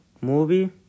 movie